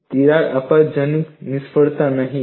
તિરાડ આપત્તિજનક નિષ્ફળતા નહીં બને